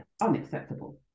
unacceptable